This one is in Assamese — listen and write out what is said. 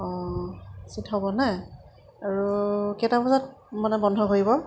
অঁ চিট হ'বনে আৰু কেইটা বজাত মানে বন্ধ কৰিব